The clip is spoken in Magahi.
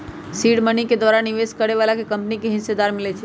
सीड मनी के द्वारा निवेश करए बलाके कंपनी में हिस्सेदारी मिलइ छइ